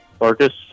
Marcus